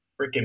freaking